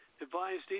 advised